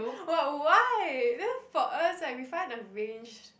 what why then for us right we find a range